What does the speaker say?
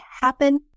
happen